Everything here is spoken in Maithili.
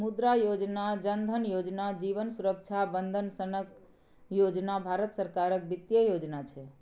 मुद्रा योजना, जन धन योजना, जीबन सुरक्षा बंदन सनक योजना भारत सरकारक बित्तीय योजना छै